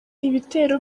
ibitero